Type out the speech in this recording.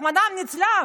רחמנא ליצלן?